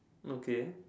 okay